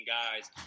guys